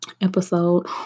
episode